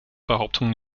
behauptung